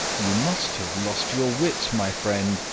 you must have lost your wits, my friend,